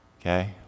okay